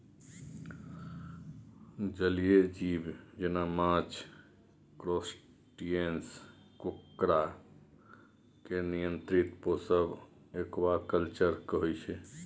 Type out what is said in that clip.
जलीय जीब जेना माछ, क्रस्टेशियंस, काँकोर केर नियंत्रित पोसब एक्वाकल्चर कहय छै